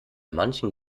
manchen